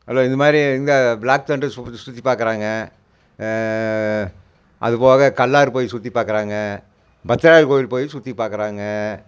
hello இது மாதிரி இந்த பிளாக் தண்டர் சுற்றிப் பார்க்கறாங்க அதுபோக கல்லாறு போய் சுற்றிப் பார்க்கறாங்க பத்ராவி கோயில் போய் சுற்றிப் பார்க்கறாங்க